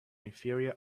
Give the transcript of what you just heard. inferior